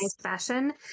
fashion